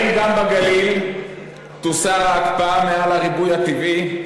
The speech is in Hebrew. האם גם בגליל תוסר ההקפאה מעל הריבוי הטבעי?